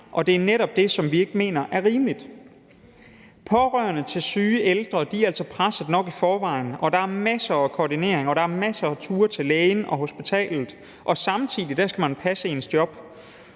og det er netop det, som vi ikke mener er rimeligt. Pårørende til syge ældre er altså pressede nok i forvejen, og der er masser af koordinering og masser af ture til lægen og til hospitalet, samtidig med at man skal passe sit job.